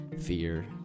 fear